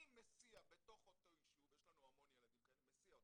אני מסיע בתוך אותו ישוב, יש לנו המון ילדים כאלה.